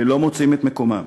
ולא מוצאים את מקומם.